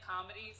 comedies